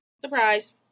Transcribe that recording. Surprise